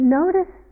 notice